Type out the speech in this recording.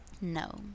No